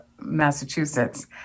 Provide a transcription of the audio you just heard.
Massachusetts